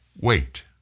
wait